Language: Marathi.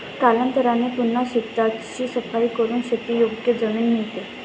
कालांतराने पुन्हा शेताची सफाई करून शेतीयोग्य जमीन मिळते